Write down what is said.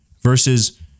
versus